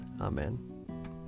Amen